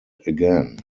again